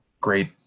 great